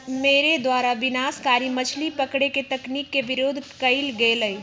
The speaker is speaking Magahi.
मेरे द्वारा विनाशकारी मछली पकड़े के तकनीक के विरोध कइल गेलय